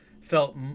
felt